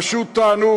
פשוט תענוג